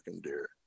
deer